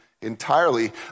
entirely